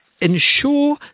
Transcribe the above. ensure